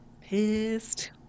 pissed